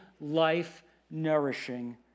life-nourishing